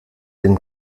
den